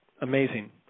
Amazing